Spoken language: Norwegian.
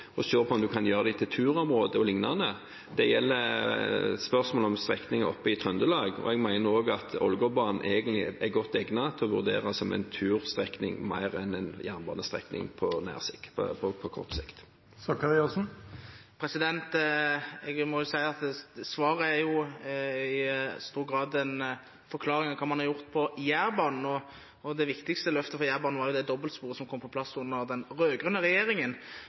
og se på om en kan gjøre dem til turområder og lignende. Det gjelder spørsmål om strekninger i Trøndelag, og jeg mener også at Ålgårdbanen egentlig er godt egnet til å vurderes som en turstrekning mer enn en jernbanestrekning på kort sikt. Jeg må si at svaret i stor grad er en forklaring av hva man har gjort på Jærbanen. Det viktigste løftet for Jærbanen var jo det dobbeltsporet som kom på plass under den rød-grønne regjeringen.